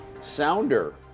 sounder